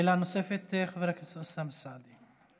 שאלה נוספת, חבר הכנסת אוסאמה סעדי.